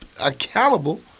accountable